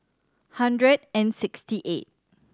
hundred and sixty eight